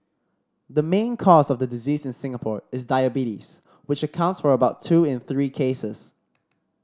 the main cause of the disease in Singapore is diabetes which accounts for about two in three cases